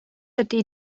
ydy